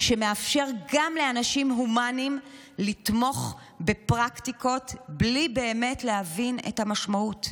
שמאפשר גם לאנשים הומניים לתמוך בפרקטיקות בלי באמת להבין את המשמעות.